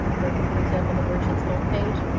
for for example, the merchant's home page,